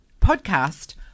podcast